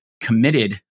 committed